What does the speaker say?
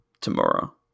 tomorrow